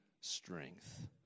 strength